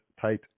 tight